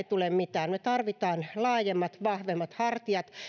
tule mitään me tarvitsemme laajemmat vahvemmat hartiat